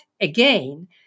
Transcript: again